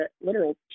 literal